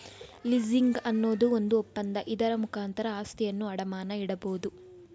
leasing ಅನ್ನೋದು ಒಂದು ಒಪ್ಪಂದ, ಇದರ ಮುಖಾಂತರ ಆಸ್ತಿಯನ್ನು ಅಡಮಾನ ಇಡಬೋದು